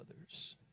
others